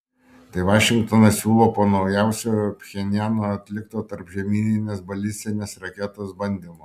tai vašingtonas siūlo po naujausio pchenjano atlikto tarpžemyninės balistinės raketos bandymo